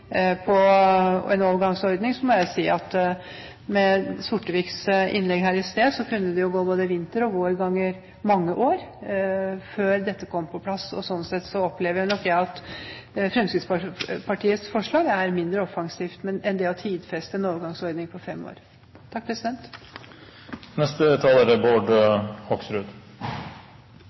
på en overgangsordning, må jeg si at ut fra det Sortevik sa i sitt innlegg her i sted, kunne det jo gå både vinter og vår ganger med mange år før dette kom på plass. Sånn sett så opplever nok jeg at Fremskrittspartiets forslag er mindre offensivt enn det å tidfeste en overgangsordning på fem år. En skal høre mye rart før ørene detter av, er